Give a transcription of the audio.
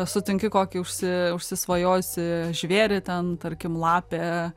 sutinki kokį užsi užsisvajojusį žvėrį ten tarkim lapę